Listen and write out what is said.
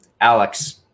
alex